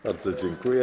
Bardzo dziękuję.